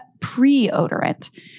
pre-odorant